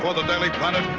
ah the daily planet,